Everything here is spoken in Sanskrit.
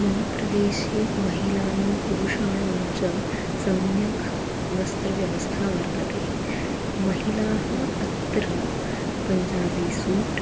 मम प्रदेशे महिलानां पुरुषाणां च सम्यक् वस्त्रव्यवस्था वर्तते महिलाः अत्र पञ्जाबी सूट्